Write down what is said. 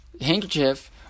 handkerchief